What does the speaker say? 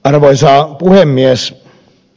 arvoisa puhemies